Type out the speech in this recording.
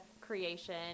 creation